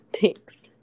Thanks